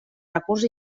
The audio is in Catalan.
recurs